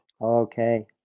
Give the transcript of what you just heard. okay